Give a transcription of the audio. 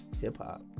hip-hop